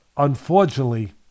unfortunately